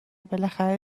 بالاخره